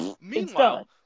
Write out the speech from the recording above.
Meanwhile